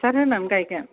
हासार होनानै गायगोन